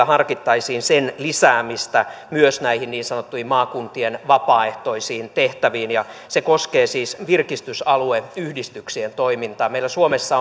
harkittaisiin sen lisäämistä myös näihin niin sanottuihin maakuntien vapaaehtoisiin tehtäviin se koskee siis virkistysalueyhdistyksien toimintaa meillä suomessa